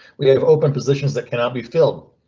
we have open positions that cannot be filled.